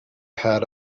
hat